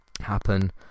happen